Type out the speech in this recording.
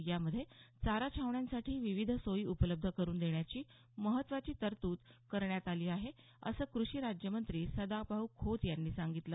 यामध्ये चारा छावण्यांसाठी विविध सोयी उपलब्ध करुन देण्याची महत्त्वाची तरतूद करण्यात आली आहे असं कृषी राज्यमंत्री सदाभाऊ खोत यांनी सांगितलं